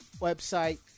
website